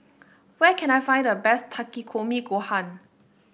where can I find the best Takikomi Gohan